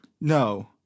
No